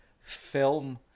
film